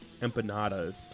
empanadas